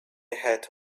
ahead